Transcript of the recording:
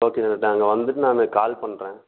okay doctor நான் அங்கே வந்துவிட்டு நான் கால் பண்ணுறேன்